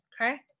Okay